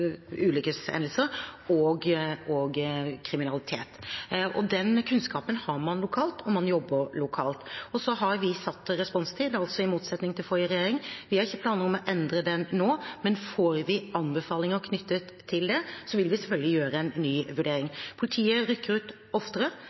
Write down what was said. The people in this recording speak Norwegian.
og kriminalitet. Den kunnskapen har man lokalt, og man jobber lokalt. Vi har satt responstid, i motsetning til forrige regjering. Vi har ikke planer om å endre den nå, men får vi anbefalinger knyttet til det, vil vi selvfølgelig gjøre en ny vurdering. Politiet rykker ut oftere